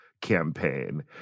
campaign